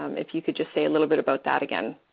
um if you could just say a little bit about that again.